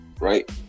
right